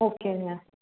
ஓகேங்க